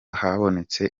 habonetse